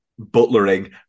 butlering